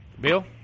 Bill